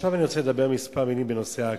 ועכשיו אני רוצה לומר כמה מלים בנושא ההקפאה.